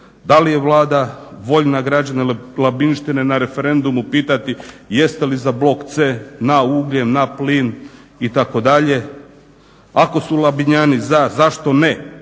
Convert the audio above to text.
da li je Vlada voljna građane Labinštine na referendumu pitati jeste li za blok C na ugljen, na plin itd. Ako su Labinjani za zašto ne